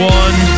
one